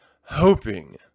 hoping